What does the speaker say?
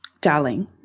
darling